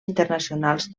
internacionals